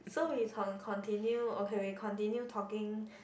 so we talk continue okay we continue talking